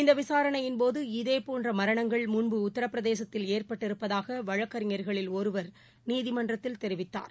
இந்தவிசாரணையின் போது இதேபோன்றமரணங்கள் உத்தரப்பிரதேசத்தில் முன்பு ஏற்பட்டிருப்பதாகவழக்கறிஞர்களில் ஒருவர் நீதிமன்றத்தில் தெரிவித்தார்